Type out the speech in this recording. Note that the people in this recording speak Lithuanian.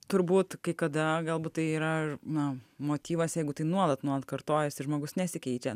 turbūt kai kada galbūt tai yra na motyvas jeigu tai nuolat nuolat kartojasi žmogus nesikeičia